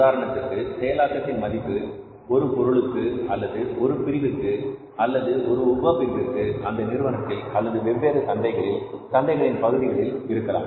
உதாரணத்திற்கு செயலாக்கத்தின் மதிப்பு ஒரு பொருளுக்கு அல்லது ஒரு பிரிவிற்கு ஒரு உப பிரிவிற்கு அந்த நிறுவனத்தில் அல்லது வெவ்வேறு சந்தைகளில் சந்தைகளின் பகுதிகளில் இருக்கலாம்